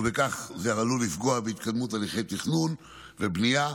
ובכך זה עלול לפגוע בהתקדמות הליכי תכנון ובנייה.